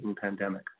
pandemic